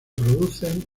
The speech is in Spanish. producen